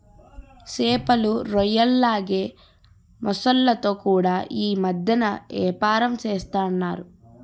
సేపలు, రొయ్యల్లాగే మొసల్లతో కూడా యీ మద్దెన ఏపారం సేస్తన్నారు